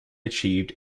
achieved